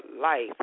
life